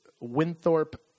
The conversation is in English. Winthorpe